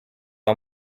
pas